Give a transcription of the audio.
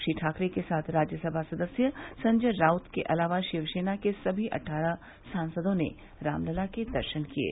श्री ठाकरे के साथ राज्यसभा सदस्य संजय राउत के अलावा शिवसेना के सभी अट्ठारह सांसदों ने रामलला के दर्शन किये